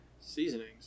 Seasonings